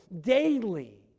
daily